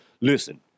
listen